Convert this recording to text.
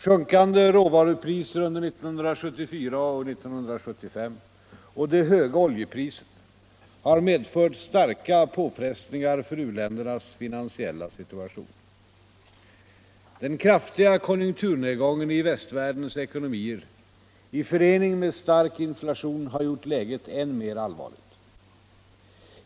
Sjunkande råvarupriser under 1974 och 1975 och det höga oljepriset har medfört starka påfrestningar för u-ländernas finansiella situation. Den kraftiga konjunkturnedgången i västvärldens ekonomier i förening med stark inflation har gjort läget än mer allvarligt.